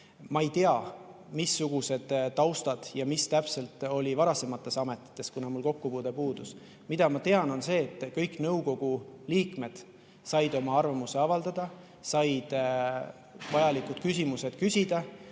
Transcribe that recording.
Ma ei tea, missugused taustad ja mis täpselt oli varasemates ametites, kuna mul kokkupuude puudus. Mida ma tean, on see, et kõik nõukogu liikmed said oma arvamuse avaldada, said vajalikud küsimused küsida.